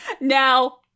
Now